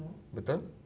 betul